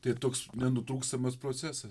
tai toks nenutrūkstamas procesas